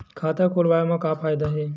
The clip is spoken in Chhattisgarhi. खाता खोलवाए मा का फायदा हे